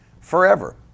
forever